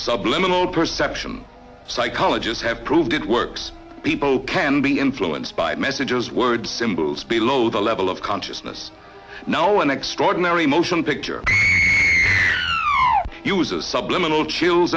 subliminal perception psychologists have proved it works people can be influenced by messages words symbols below the level of consciousness know an extraordinary motion picture use a subliminal chills